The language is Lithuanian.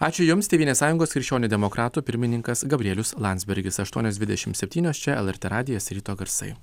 ačiū jums tėvynės sąjungos krikščionių demokratų pirmininkas gabrielius landsbergis aštuonios dvidešim septynios čia lrt radijas ryto garsai